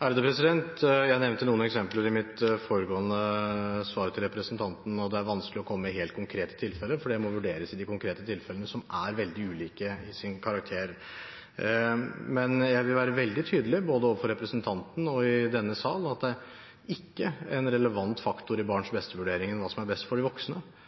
Jeg nevnte noen eksempler i mitt foregående svar til representanten. Det er vanskelig å komme med et helt konkret svar, for det må vurderes i de konkrete tilfellene, som er veldig ulike i sin karakter. Men jeg vil være veldig tydelig både overfor representanten og i denne sal på at det ikke er en relevant faktor i barns beste-vurderingen hva som er best for